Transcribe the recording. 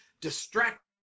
distract